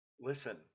listen